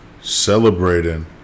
celebrating